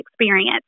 experience